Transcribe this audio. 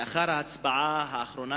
לאחר ההצבעה האחרונה,